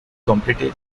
completed